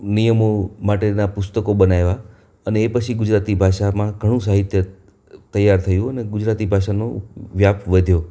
નિયમો માટેના પુસ્તકો બનાયવા અને એ પછી ગુજરાતી ભાષામાં ઘણું સાહિત્ય તૈયાર થયું અને ગુજરાતી ભાષાનો વ્યાપ વધ્યો